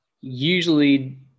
usually